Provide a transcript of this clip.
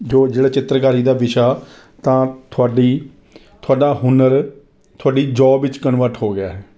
ਜੋ ਜੋ ਚਿੱਤਰਕਾਰੀ ਦਾ ਵਿਸ਼ਾ ਤਾਂ ਤੁਹਾਡੀ ਤੁਹਾਡਾ ਹੁਨਰ ਤੁਹਾਡੀ ਜੌਬ ਵਿੱਚ ਕਨਵਰਟ ਹੋ ਗਿਆ ਹੈ